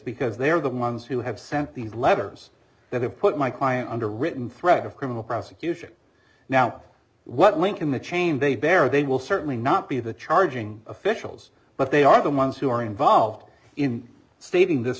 because they are the months who have sent these letters that have put my client under a written threat of criminal prosecution now what link in the chain they bear they will certainly not be the charging officials but they are the ones who are involved in stating this